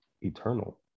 eternal